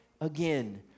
again